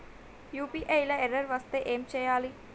UPI లా error వస్తే ఏం చేయాలి?